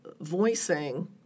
voicing